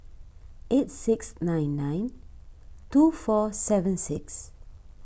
eight six nine nine two four seven six